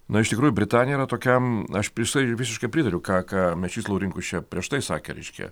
nu iš tikrųjų britanija yra tokia aš visai visiškai pritariu ką ką mečys laurinkus čia prieš tai sakė reiškia